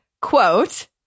quote